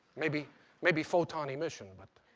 maybe maybe photon emission, but